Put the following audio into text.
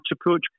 approach